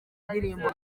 indirimbo